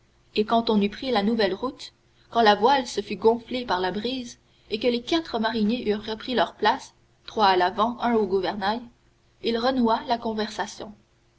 et quand on eut pris la nouvelle route quand la voile se fut gonflée par la brise et que les quatre mariniers eurent repris leurs places trois à l'avant un au gouvernail il renoua la conversation